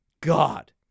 God